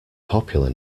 popular